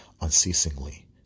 unceasingly